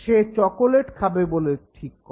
সে chocolate খাবে বলে ঠিক করে